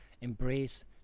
embrace